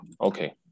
Okay